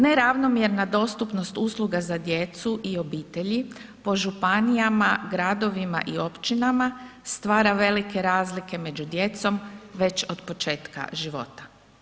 Neravnomjerna dostupnost usluga za djecu i obitelji po županijama, gradovima i općinama stvara velike razlike među djecom već od početka života.